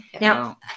now